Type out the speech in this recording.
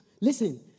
Listen